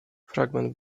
fragment